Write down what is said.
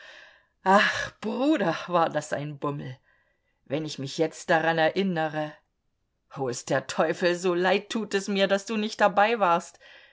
ach bruder war das ein bummel wenn ich mich jetzt daran erinnere hol's der teufel so leid tut es mir daß du nicht dabei warst